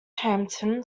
hampton